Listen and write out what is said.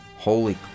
Holy